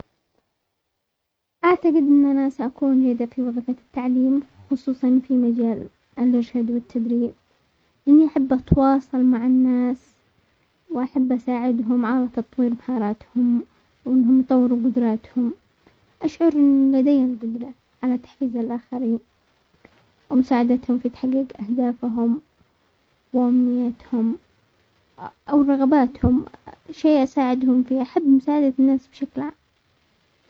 اعتقد ان انا ساكون خصوصا في مجال الارشاد والتدريب، لاني احب اتواصل مع الناس واحب اساعدهم على تطوير مهاراتهم وانهم يطوروا قدراتهم، اشعر ان لديهم قدرة على تحفيز الاخرين، ومساعدتهم في تحقيق اهدافهم وامنيتهم او رغباتهم، شيء اساعدهم في، احب مساعدة الناس بشكل عام.